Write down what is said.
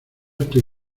estoy